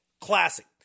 Classic